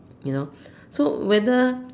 you know so whether